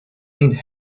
leaned